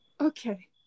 Okay